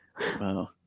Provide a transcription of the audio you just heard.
wow